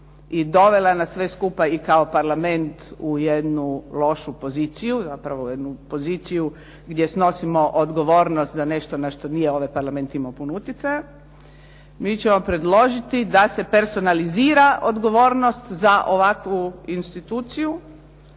i dovela nas sve skupa i kao parlament u jednu lošu poziciju, zapravo u jednu poziciju gdje snosimo odgovornost na nešto na što nije ovaj parlament imao puno utjecaja. Mi ćemo predložiti da se personalizira odgovornost za ovakvu instituciju